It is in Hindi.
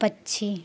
पक्षी